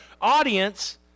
audience